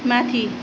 माथि